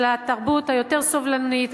של התרבות היותר סובלנית,